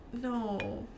No